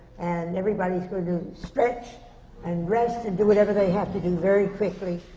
and everybody's going stretch and rest and do whatever they have to do very quickly,